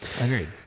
Agreed